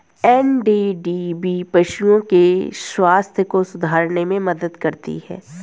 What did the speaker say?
NDDB पशुओं के स्वास्थ्य को सुधारने में मदद करती है